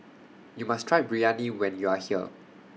YOU must Try Biryani when YOU Are here